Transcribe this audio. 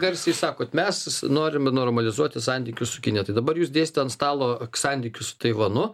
garsiai sakot mes norime normalizuoti santykius su kinija tai dabar jūs dėsit ant stalo santykius su taivanu